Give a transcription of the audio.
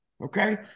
Okay